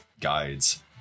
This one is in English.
guides